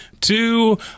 two